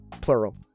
Plural